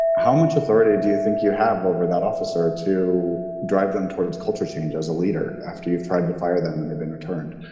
how much authority do you think you have over that officer to drive them towards culture change as a leader after you've tried to fire them and they've been returned?